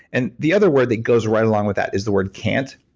and the other word that goes right along with that is the word can't.